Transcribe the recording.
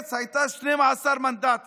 מרץ הייתה 12 מנדטים